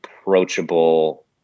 approachable